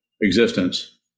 existence